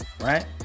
right